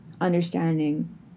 understanding